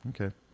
Okay